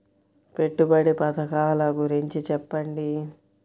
పెట్టుబడి పథకాల గురించి చెప్పండి?